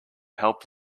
help